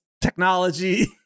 technology